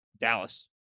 Dallas